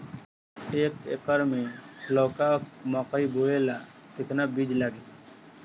एक एकर मे लौका मकई बोवे ला कितना बिज लागी?